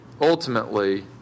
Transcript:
ultimately